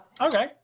Okay